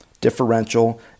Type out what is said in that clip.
differential